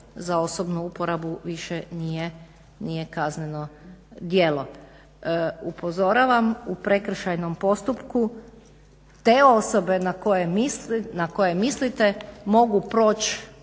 za osobnu uporabu više nije kazneno djelo. Upozoravam u prekršajnom postupku te osobe na koje mislite mogu proći